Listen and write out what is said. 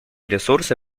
ресурсы